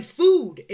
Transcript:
food